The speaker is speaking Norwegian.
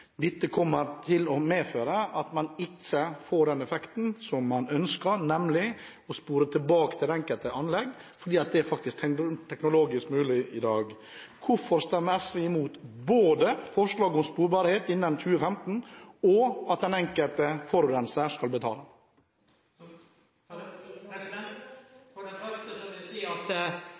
Dette kommer til å medføre at man ikke får den effekten man ønsker, nemlig det å spore tilbake til det enkelte anlegg – det er faktisk teknologisk mulig i dag. Hvorfor stemmer SV imot både forslaget om sporbarhet innen 2015, og det at den enkelte forurenser skal betale? For det første vil eg seie at vi er for at vi skal ha system som